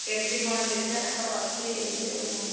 କେମିତି କ'ଣ ଦେଖିବା ତାଙ୍କର ଅଛି ଯୋଉ ଇଏ